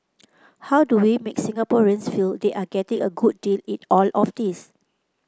how do we make Singaporeans feel they are getting a good deal in all of this